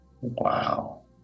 wow